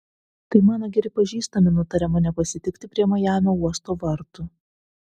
tai mano geri pažįstami nutarė mane pasitikti prie majamio uosto vartų